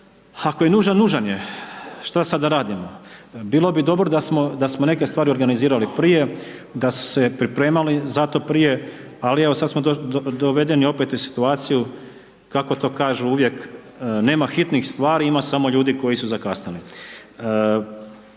ako je nužan, nužan je, što sada da radimo. Bilo bi dobro da smo neke stvari organizirali prije, da su se pripremali za to prije, ali evo sada smo dovedeni opet u situaciju kako to kažu uvijek nema hitnijih stvari ima samo ljudi koji su zakasnili.